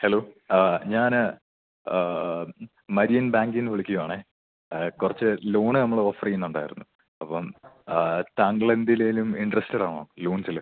hello ഞാൻ Marian ബാങ്കീന്ന് വിളിക്കുവാണെ കുറച്ച് ലോണ് നമ്മൾ ഓഫറ് ചെയ്യുന്നുണ്ടായിരുന്നു അപ്പം താങ്കളെന്തിലെങ്കിലും ഇൻട്രസ്റ്റഡ് ആണോ ലോൺസിൽ